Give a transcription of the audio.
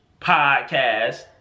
podcast